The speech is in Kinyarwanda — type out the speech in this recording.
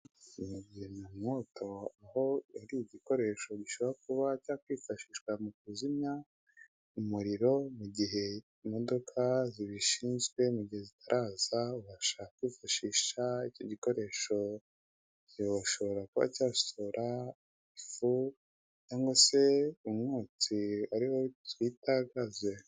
Kizimyamwoto aho yari igikoresho gishobora kuba cyakwifashishwa mu kuzimya umuriro mu gihe imodoka zibishinzwe zitaraza bashaka kwifashisha icyo gikoresho ntiwashobora kuba cyasohora ifu cyangwa se umwotsi ari wo twita gaze.